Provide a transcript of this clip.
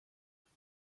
trek